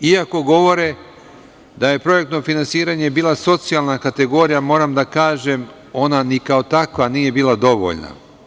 Iako govore da je projektno finansiranje bila socijalna kategorija, moram da kažem, ona ni kao takva nije bila dovoljna.